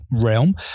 realm